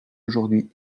aujourd’hui